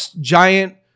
giant